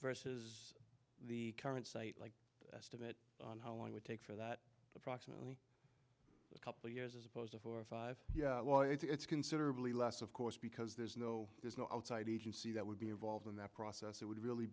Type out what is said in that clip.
versus the current state like estimate how long would take for that approximately a couple years as opposed to four or five yeah well it's considerably less of course because there's no there's no outside agency that would be involved in that process it would really